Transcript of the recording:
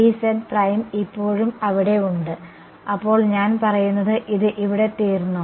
d z prime ഇപ്പോഴും അവിടെ ഉണ്ട് അപ്പോൾ ഞാൻ പറയുന്നത് ഇത് ഇവിടെ തീർന്നോ